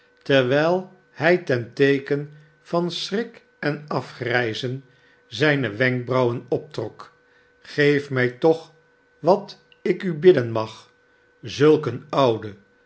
terwijl hij ten teeken van schrik en afgrijzen zijne wenkbrauwen optrok geef mij toch wat ik u bidden mag zulk een ouden